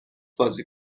بازی